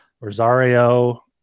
Rosario